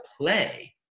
play